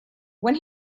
when